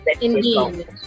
Indeed